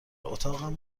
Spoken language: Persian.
اتاقم